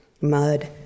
Mud